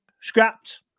Scrapped